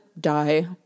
die